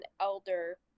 elder